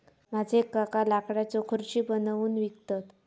माझे काका लाकडाच्यो खुर्ची बनवून विकतत